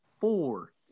four